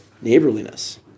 neighborliness